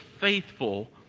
faithful